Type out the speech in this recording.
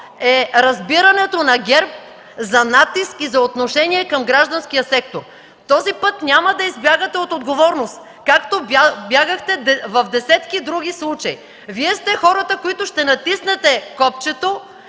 е разбирането на ГЕРБ за натиск и за отношение към гражданския сектор! Този път няма да избягате от отговорност, както бягахте в десетки други случаи! Вие сте хората, които ще натиснете копчето